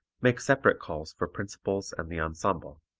make separate calls for principals and the ensemble.